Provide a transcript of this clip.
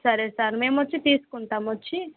సరే సార్ మేము వచ్చి తీసుకుంటాము వచ్చి